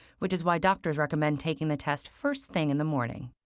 which is why doctors recommend taking the test first thing in the morning.